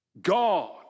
God